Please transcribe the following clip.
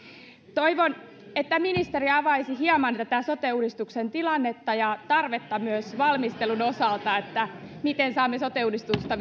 toivon että ministeri avaisi hieman tätä sote uudistuksen tilannetta ja tarvetta myös valmistelun osalta että miten saamme sote uudistusta